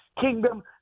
Kingdom